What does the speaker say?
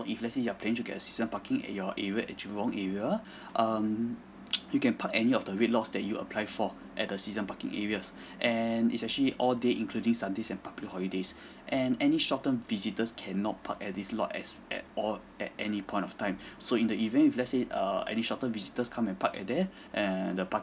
if let's say you're planning to get a season parking at your area at jurong area um you can park any of the red lots that you apply for at the season parking areas and it's actually all day including sundays and public holidays and any short term visitors cannot park at these lots at at all at any point of time so in the event if let's say err any short term visitors come and park at there err the